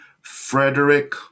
Frederick